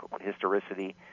historicity